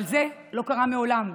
אבל זה לא קרה מעולם.